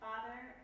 Father